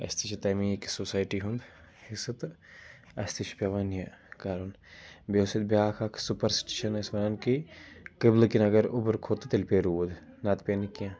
اَسہِ تہِ چھِ تَمی کہِ سوسایٹی ہُنٛد حِصہٕ تہٕ اَسہِ تہِ چھُ پیٚوان یہِ کَرُن بیٚیہِ اوس سُہ بیاکھ اکھ سُپرسٹِشَن أسۍ وَنان کہِ قبلہٕ کِنۍ اگر اوٚبُر کھۄت تہٕ تیٚلہِ پے روٗد نَتہٕ پیٚیہِ نہٕ کینٛہہ